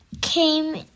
came